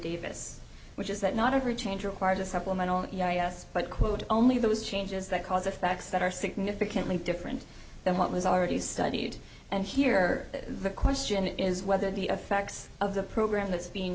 davis which is that not every change requires a supplemental yes but quote only those changes that cause effects that are significantly different than what was already studied and here is the question is whether the effects of the program that's being